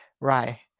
Right